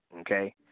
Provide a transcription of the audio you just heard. okay